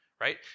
right